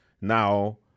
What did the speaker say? Now